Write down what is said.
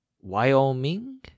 Wyoming